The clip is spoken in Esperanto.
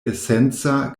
esenca